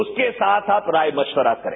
उसके साथ आप राय मशविरा करें